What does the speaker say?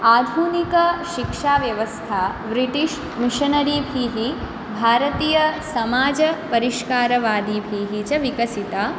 आधुनिकशिक्षाव्यवस्था ब्रिटिश्मिशनरीभिः भारतीयसमाजपरिष्कारवादिभिः च विकसिता